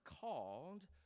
called